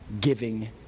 giving